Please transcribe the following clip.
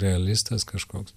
realistas kažkoks